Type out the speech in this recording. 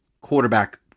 quarterback